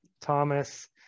Thomas